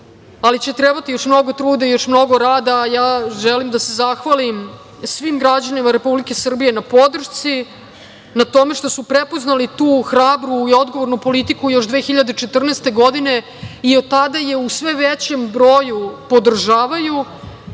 ali će trebati još mnogo truda i rada. Želim da se zahvalim svim građanima Republike Srbije na podršci, na tome što su prepoznali tu hrabru i odgovornu politiku još 2014. godine i od tada je u sve većem broju podržavaju